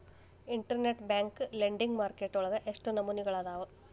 Internet bank lending market ವಳಗ ಎಷ್ಟ್ ನಮನಿಅದಾವು?